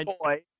boy